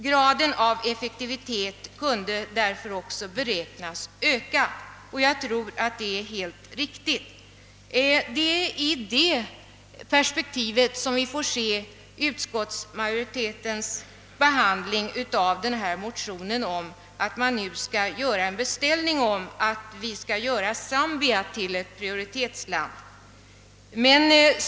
Graden av effektivitet beräknas därigenom också öka, och det tror jag är alldeles riktigt. Det är i det perspektivet man bör se utskottsmajoritetens behandling av den motion, i vilken begärts att riksdagen nu skall göra en beställning om att Zambia skall bli prioritetsland.